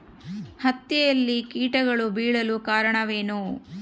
ಹತ್ತಿಯಲ್ಲಿ ಕೇಟಗಳು ಬೇಳಲು ಕಾರಣವೇನು?